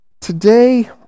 Today